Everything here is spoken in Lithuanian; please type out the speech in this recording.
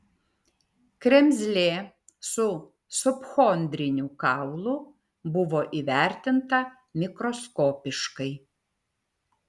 kremzlė su subchondriniu kaulu buvo įvertinta mikroskopiškai